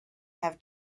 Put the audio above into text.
have